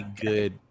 good